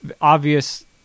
Obvious